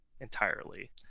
entirely